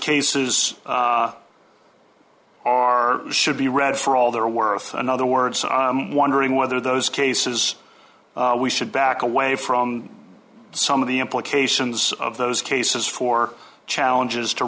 cases are should be read for all they're worth another word wondering whether those cases we should back away from some of the implications of those cases for challenges to